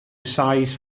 size